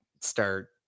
start